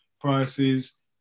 prices